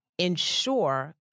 Ensure